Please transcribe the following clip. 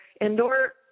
indoor